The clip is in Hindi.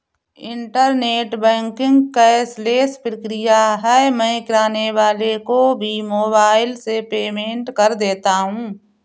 इन्टरनेट बैंकिंग कैशलेस प्रक्रिया है मैं किराने वाले को भी मोबाइल से पेमेंट कर देता हूँ